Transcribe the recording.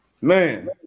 Man